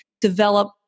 develop